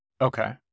Okay